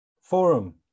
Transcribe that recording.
forum